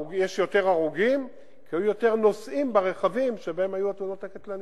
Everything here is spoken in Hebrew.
יש יותר הרוגים כי היו יותר נוסעים ברכבים שבהם היו התאונות הקטלניות.